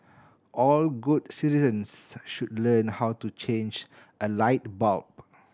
all good citizens should learn how to change a light bulb